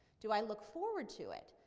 do i look forward to it?